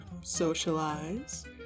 socialize